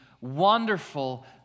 wonderful